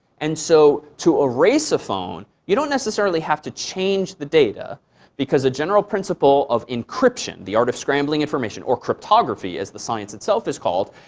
and so to erase a phone, you don't necessarily have to change the data because the general principle of encryption the art of scrambling information or cryptography as the science itself is called,